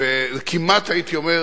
כמעט הייתי אומר